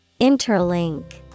Interlink